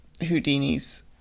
Houdini's